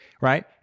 right